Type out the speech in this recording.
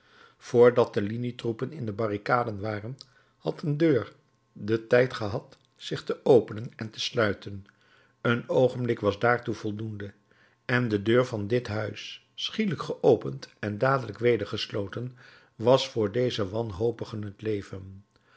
dat de linietroepen in de barricade waren had een deur den tijd gehad zich te openen en te sluiten een oogenblik was daartoe voldoende en de deur van dit huis schielijk geopend en dadelijk weder gesloten was voor deze wanhopigen het leven